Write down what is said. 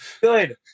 good